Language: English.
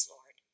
Lord